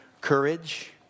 Courage